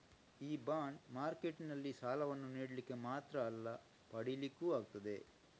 ಈ ಬಾಂಡ್ ಮಾರ್ಕೆಟಿನಲ್ಲಿ ಸಾಲವನ್ನ ನೀಡ್ಲಿಕ್ಕೆ ಮಾತ್ರ ಅಲ್ಲ ಪಡೀಲಿಕ್ಕೂ ಆಗ್ತದೆ